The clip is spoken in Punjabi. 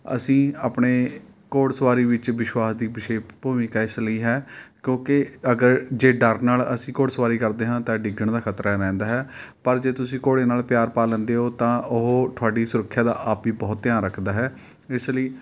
ਅਸੀਂ ਆਪਣੇ ਘੋੜ ਸਵਾਰੀ ਵਿੱਚ ਵਿਸ਼ਵਾਸ ਦੀ ਵਿਸ਼ੇਸ਼ ਭੂਮਿਕਾ ਇਸ ਲਈ ਹੈ ਕਿਉਂਕਿ ਅਗਰ ਜੇ ਡਰ ਨਾਲ਼ ਅਸੀਂ ਘੋੜ ਸਵਾਰੀ ਕਰਦੇ ਹਾਂ ਤਾਂ ਡਿੱਗਣ ਦਾ ਖ਼ਤਰਾ ਰਹਿੰਦਾ ਹੈ ਪਰ ਜੇ ਤੁਸੀਂ ਘੋੜੇ ਨਾਲ਼ ਪਿਆਰ ਪਾ ਲੈਂਦੇ ਹੋ ਤਾਂ ਉਹ ਤੁਹਾਡੀ ਸੁਰੱਖਿਆ ਦਾ ਆਪ ਬਹੁਤ ਧਿਆਨ ਰੱਖਦਾ ਹੈ ਇਸ ਲਈ